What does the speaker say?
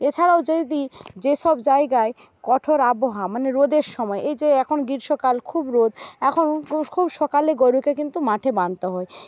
এছাড়াও যদি যে সব জায়গায় কঠোর আবহাওয়া মানে রোদের সময় এই যে এখন গ্রীষ্মকাল খুব রোদ এখন খুব সকালে গরুকে কিন্তু মাঠে বাঁধতে হয়